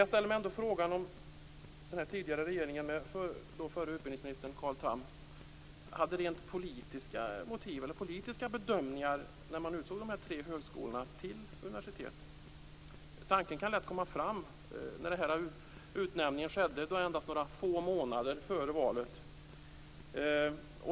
Jag ställer mig ändå frågan om den tidigare regeringen med förre utbildningsministern Carl Tham hade rent politiska motiv och gjorde politiska bedömningar när man utsåg de tre högskolorna till universitet. Tanken kan lätt komma eftersom utnämningen skedde endast några få månader före valet.